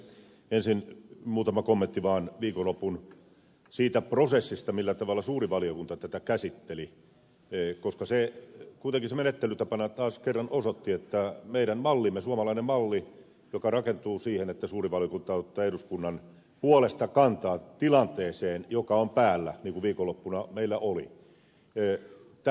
ensin muutama kommentti vaan siitä viikonlopun prosessista millä tavalla suuri valiokunta tätä käsitteli koska kuitenkin se menettelytapana taas kerran osoitti että meidän mallimme suomalainen malli rakentuu siihen että suuri valiokunta ottaa eduskunnan puolesta kantaa tilanteeseen joka on päällä niin kuin viikonloppuna meillä oli